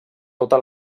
tota